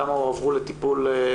כמה הועברו לטיפול אחר.